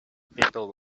people